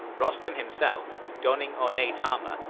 rostam himself, donning ornate armour,